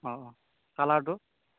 অঁ অঁ কালাৰটো